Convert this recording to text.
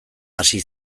hasi